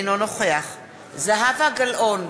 אינו נוכח זהבה גלאון,